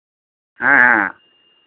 ᱦᱮᱸ ᱦᱮᱸ